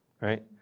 right